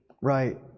Right